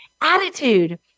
attitude